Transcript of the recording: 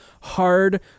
hard